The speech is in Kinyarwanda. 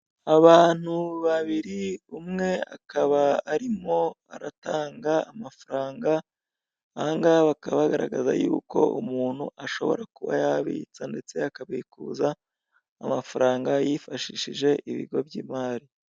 Abantu babiri umwe akaba arimo aratanga amafaranga. Aha ngaha bakaba agaragaza yuko umuntu ashobora kuba yabitsa ndetse akabikuza amafaranga yifashishije ibigo by'imari.